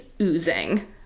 oozing